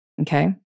Okay